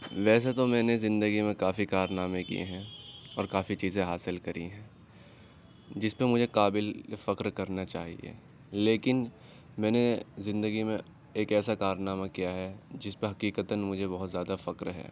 ویسے تو میں نے زندگی میں کافی کارنامے کیے ہیں اور کافی چیزیں حاصل کری ہیں جس پہ مجھے قابل فخر کرنا چاہیے لیکن میں نے زندگی میں ایک ایسا کارنامہ کیا ہے جس پہ حقیقتاً مجھے بہت زیادہ فخر ہے